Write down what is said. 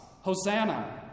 Hosanna